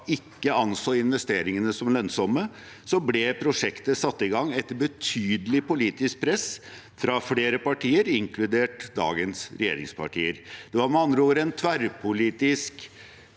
ikke anså investeringene som lønnsomme, ble prosjektet satt i gang etter betydelig politisk press fra flere partier, inkludert dagens regjeringspartier. Det var med andre ord en tverrpolitisk